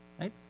right